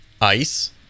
Ice